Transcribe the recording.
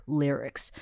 lyrics，